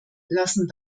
lassen